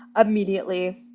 immediately